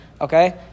Okay